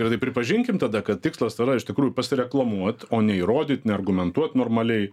ir tai pripažinkim tada kad tikslas yra iš tikrųjų pasireklamuot o neįrodyt neargumentuot normaliai